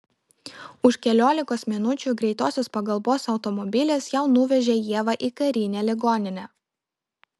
už keliolikos minučių greitosios pagalbos automobilis jau nuvežė ievą į karinę ligoninę